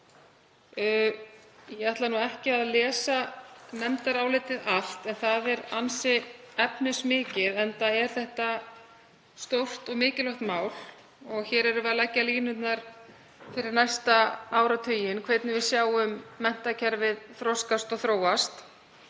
Ég ætla ekki að lesa nefndarálitið allt en það er ansi efnismikið, enda er þetta stórt og mikilvægt mál. Hér erum við að leggja línurnar fyrir næsta áratuginn, hvernig við sjáum menntakerfið þroskast og þróast,